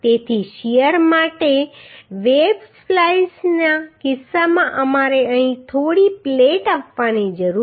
તેથી શીયર માટે વેબ સ્પ્લાઈસના કિસ્સામાં અમારે અહીં થોડી પ્લેટ આપવાની જરૂર છે